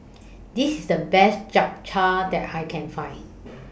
This IS The Best Japchae that I Can Find